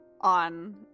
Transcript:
on